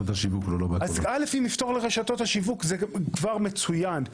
אז א', אם נפתור לרשתות השיווק זה כבר מצוין.